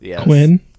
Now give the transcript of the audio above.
Quinn